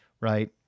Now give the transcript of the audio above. right